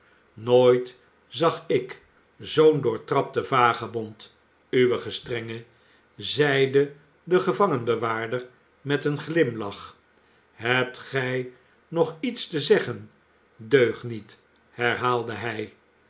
nooit zag ik zoo'n doortrapten vagebond uw gestrenge zeide de gevangenbewaarder met een glimlach hebt gij nog iets te zeggen deugniet herhaalde hij